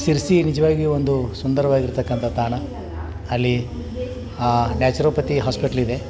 ಸಿರ್ಸಿ ನಿಜವಾಗಿಯೂ ಒಂದು ಸುಂದರವಾಗಿರತಕ್ಕಂಥ ತಾಣ ಅಲ್ಲಿ ನ್ಯಾಚುರೋಪತಿ ಹಾಸ್ಪೆಟ್ಲ್ ಇದೆ